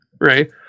right